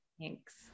Thanks